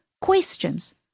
questions